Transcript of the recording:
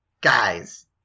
Guys